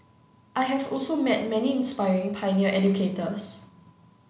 I have also met many inspiring pioneer educators